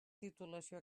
titulació